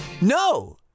No